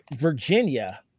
Virginia